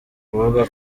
kuvuga